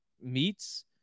meats